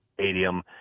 stadium